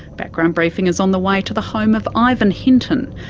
background briefing is on the way to the home of ivan hinton,